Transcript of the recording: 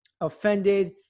offended